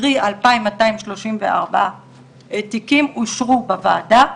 קרי 2,234 תיקים, אושרו בוועדה.